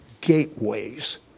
gateways